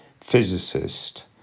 physicist